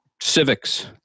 civics